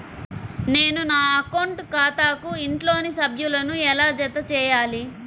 నేను నా అకౌంట్ ఖాతాకు ఇంట్లోని సభ్యులను ఎలా జతచేయాలి?